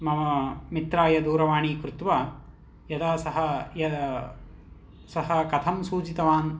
मम मित्राय दूरवाणी कृत्वा यदा सः यद् सः कथं सूचितवान्